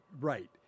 right